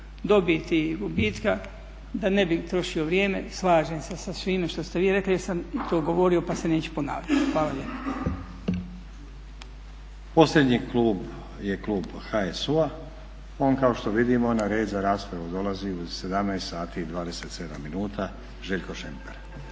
dobiti i dobitka, da ne bi trošio vrijeme, slažem se sa svime što ste vi rekli jer sam to govorio pa se neću ponavljati. Hvala lijepo.